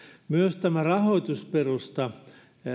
myös tämän rahoitusperustan